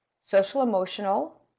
social-emotional